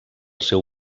seu